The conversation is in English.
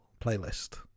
playlist